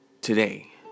today